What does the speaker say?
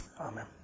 Amen